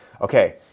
okay